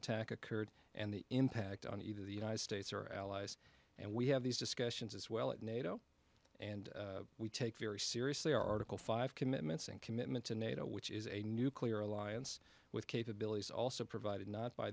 attack occurred and the impact on either the united states or allies and we have these discussions as well at nato and we take very seriously our article five commitments and commitment to nato which is a nuclear alliance with capabilities also provided not by